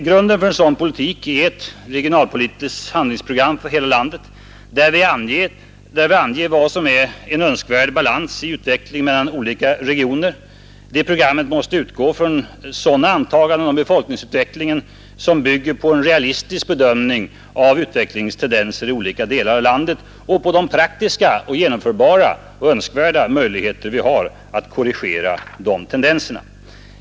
Grunden för en sådan politik bör vara ett regionalpolitiskt handlingsprogram för hela landet, där vi anger vad som är en önskvärd balans i utvecklingen mellan olika regioner. Det programmet måste utgå från sådana antaganden om befolkningsutvecklingen som bygger på en realistisk bedömning av utvecklingstendenser i olika delar av landet och på de praktiska, genomförbara och önskvärda möjligheter vi har att korrigera dessa tendenser.